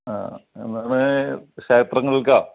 ആ മ ക്ഷേത്രങ്ങൾക്കാണോ